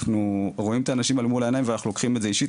אנחנו רואים את האנשים מול העיניים ואנחנו לוקחים את זה אישית.